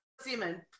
semen